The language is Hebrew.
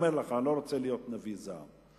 ואני אומר לך, אני לא רוצה להיות נביא זעם.